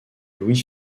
louis